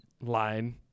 line